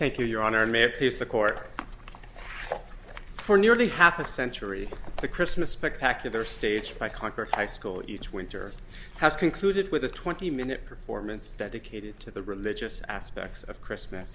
thank you your honor and may replace the court for nearly half a century the christmas spectacular staged by concord high school each winter has concluded with a twenty minute performance dedicated to the religious aspects of christmas